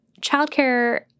Childcare